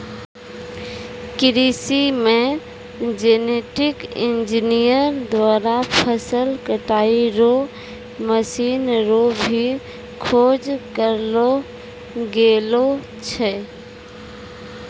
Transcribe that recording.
कृषि मे genetic engineer द्वारा फसल कटाई रो मशीन रो भी खोज करलो गेलो छै